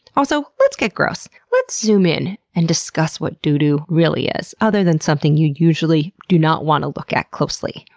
also, let's get gross! let's zoom in and discuss what doo-doo really is, other than something you usually do not want to look at closely.